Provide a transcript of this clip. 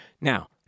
Now